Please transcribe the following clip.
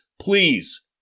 Please